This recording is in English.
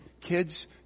kids